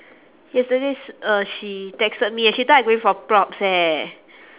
yesterday si~ uh she texted me eh she thought I going for props eh